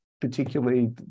particularly